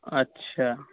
আচ্ছা